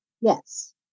Yes